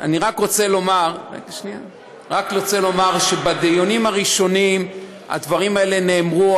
אני רק רוצה לומר שבדיונים הראשונים הדברים האלה נאמרו,